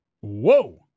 Whoa